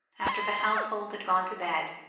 after the household had gone to bed,